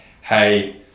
hey